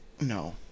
No